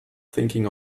thinking